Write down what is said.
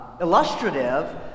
illustrative